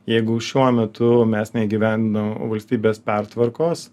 jeigu šiuo metu mes neįgyvendinam valstybės pertvarkos